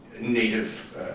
Native